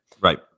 Right